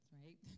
right